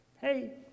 hey